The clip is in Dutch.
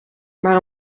maar